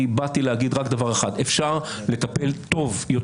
באתי להגיד רק דבר אחד: אפשר לטפל בסדרי